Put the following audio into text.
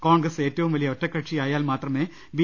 കോൺഗ്രസ് ഏറ്റവും വലിയ ഒറ്റക്കക്ഷിയായാൽ മാത്രമേ ബി